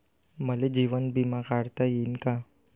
मले जीवन बिमा काढता येईन का?